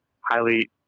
highly